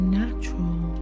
natural